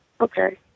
Okay